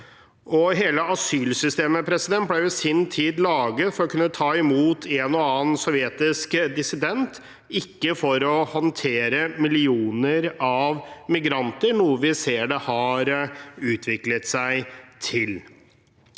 Hele asylsystemet ble i sin tid laget for å kunne ta imot en og annen sovjetisk dissident, ikke for å håndtere millioner av migranter, noe vi ser det har utviklet seg til.